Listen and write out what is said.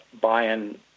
buying